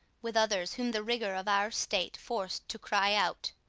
with others whom the rigour of our state forc'd to cry out.